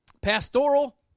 Pastoral